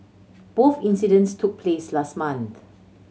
both incidents took place last month